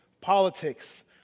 politics